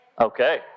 Okay